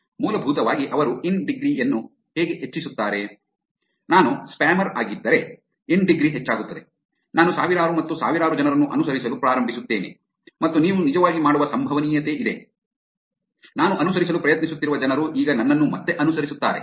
ಮೂಲಭೂತವಾಗಿ ಅವರು in degree ಯನ್ನು ಹೇಗೆ ಹೆಚ್ಚಿಸುತ್ತಾರೆ ನಾನು ಸ್ಪ್ಯಾಮರ್ ಆಗಿದ್ದರೆ ಇನ್ ಡಿಗ್ರಿ ಹೆಚ್ಚಾಗುತ್ತದೆ ನಾನು ಸಾವಿರಾರು ಮತ್ತು ಸಾವಿರಾರು ಜನರನ್ನು ಅನುಸರಿಸಲು ಪ್ರಾರಂಭಿಸುತ್ತೇನೆ ಮತ್ತು ನೀವು ನಿಜವಾಗಿ ಮಾಡುವ ಸಂಭವನೀಯತೆಯಿದೆ ನಾನು ಅನುಸರಿಸಲು ಪ್ರಯತ್ನಿಸುತ್ತಿರುವ ಜನರು ಈಗ ನನ್ನನ್ನು ಮತ್ತೆ ಅನುಸರಿಸುತ್ತಾರೆ